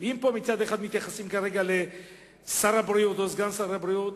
אם פה מצד אחד מתייחסים כרגע לשר הבריאות או לסגן שר הבריאות,